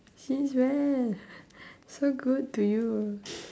since when so good to you